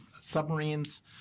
submarines